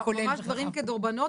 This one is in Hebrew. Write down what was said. ממש דברים כדורבנות,